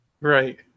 Right